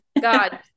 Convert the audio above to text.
God